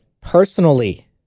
personally